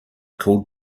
called